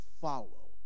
follow